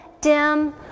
dim